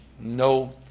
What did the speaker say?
no